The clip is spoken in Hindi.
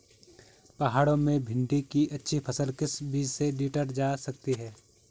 पहाड़ों में भिन्डी की अच्छी फसल किस बीज से लीटर जा सकती है?